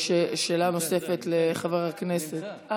שאלה נוספת, לחבר הכנסת, נמצא.